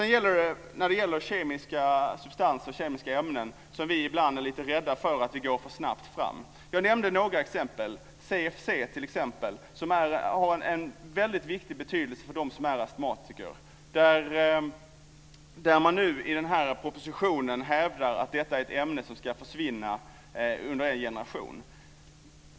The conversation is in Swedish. När det gäller kemiska substanser och kemiska ämnen är vi ibland lite rädda för att gå för snabbt fram. Jag nämnde några exempel. Det gäller t.ex. CFC, som har en väldigt stor betydelse för dem som är astmatiker. Där hävdar man nu i den här propositionen att detta är ett ämne som ska försvinna under en generation.